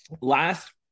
last